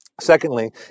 Secondly